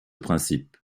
principe